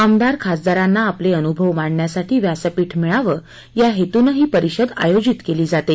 आमदार खासदारांना आपले अनुभव मांडण्यासाठी व्यासपीठ मिळावं या हेतून ही परिषद आयोजित केली जाते